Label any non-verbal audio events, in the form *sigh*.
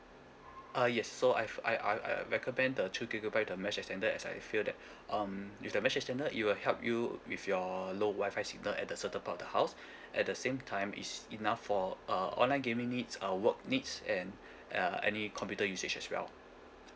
uh yes so I've I ah I I recommend the two gigabyte the mesh extender as I feel that *breath* um with the mesh extender it will help you with your low wi-fi signal at the certain part of the house *breath* at the same time is enough for uh online gaming needs a work needs and *breath* uh any computer usage as well